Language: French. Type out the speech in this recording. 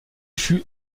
fut